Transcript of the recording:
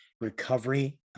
recovery